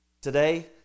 today